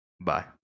Bye